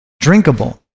drinkable